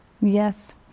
Yes